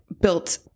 built